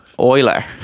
oiler